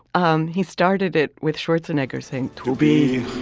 um he started it with schwarzenegger saying to be